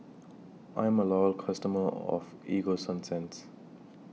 I'm A Loyal customer of Ego Sunsense